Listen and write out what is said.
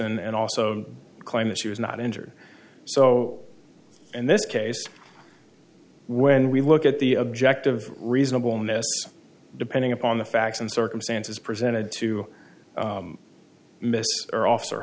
t and also claim that she was not injured so in this case when we look at the objective reasonable miss depending upon the facts and circumstances presented to miss or officer